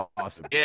awesome